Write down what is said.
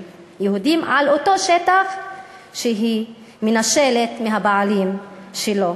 יהודיים על אותו שטח שהיא מנשלת מהבעלים שלו.